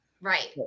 Right